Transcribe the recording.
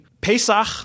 Pesach